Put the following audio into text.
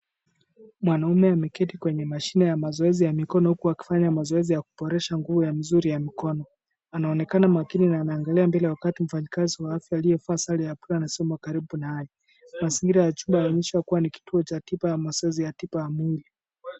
Mwanaume ameketi kwenye mashine ya mazoezi ya mikono huku akifanya mazoezi ya kuboresha nguvu ya misuli ya mkono. Anaonekana makini na anaangalia mbele wakati mfanyakazi wa afya aliyevaa sare ya bluu anasimama karibu naye. Mazingira ya chumba yanaonyesha kuwa ni kituo cha tiba ya mazoezi ya tiba ya mwili.